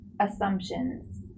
assumptions